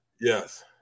Yes